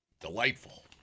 Delightful